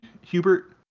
Hubert